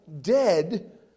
dead